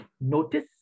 Notice